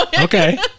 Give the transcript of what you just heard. Okay